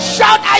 Shout